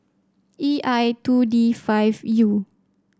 E I two D five U